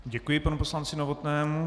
Děkuji panu poslanci Novotnému.